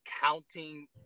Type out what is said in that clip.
counting